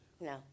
No